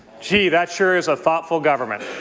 gee, that sure is a thoughtful government.